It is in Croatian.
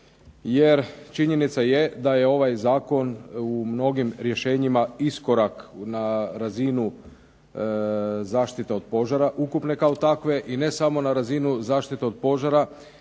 jer činjenica je da je ovaj zakon u mnogim rješenjima iskorak na razinu zaštite od požara ukupne kao takve i ne samo na razinu zaštite od požara